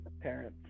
parents